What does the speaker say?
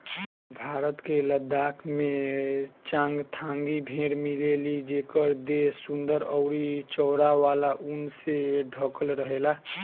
भारत के लद्दाख में चांगथांगी भेड़ मिलेली जेकर देह सुंदर अउरी चौड़ा वाला ऊन से ढकल रहेला